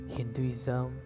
Hinduism